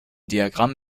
diagramm